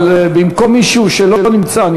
אבל במקום מישהו שלא נמצא,